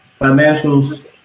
financials